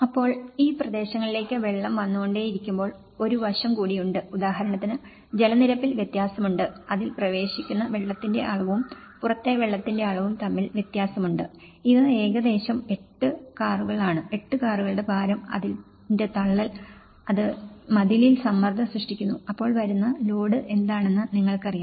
അപ്പോൾ ഈ പ്രദേശങ്ങളിലേക്ക് വെള്ളം വന്നുകൊണ്ടേയിരിക്കുമ്പോൾ ഒരു വശം കൂടിയുണ്ട് ഉദാഹരണത്തിന് ജലനിരപ്പിൽ വ്യത്യാസമുണ്ട് അതിൽ പ്രവേശിക്കുന്ന വെള്ളത്തിന്റെ അളവും പുറത്തെ വെള്ളത്തിന്റെ അളവും തമ്മിൽ വ്യത്യാസമുണ്ട് ഇത് ഏകദേശം 8 കാറുകളാണ് 8 കാറുകളുടെ ഭാരം അതിന്റെ തള്ളൽ അത് മതിലിൽ സമ്മർദം സൃഷ്ടിക്കുന്നു അപ്പോൾ വരുന്ന ലോഡ് എന്താണെന്ന് നിങ്ങൾക്കറിയാം